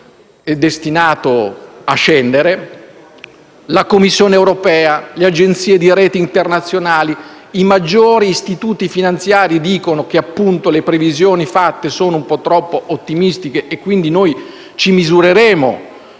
la Commissione europea, le agenzie di *rating* internazionali e i maggiori istituti finanziari sostengono che le previsioni fatte sono un po' troppo ottimistiche, quindi ci misureremo